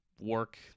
work